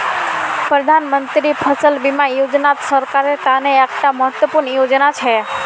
प्रधानमंत्री फसल बीमा योजनात किसानेर त न एकता महत्वपूर्ण योजना छिके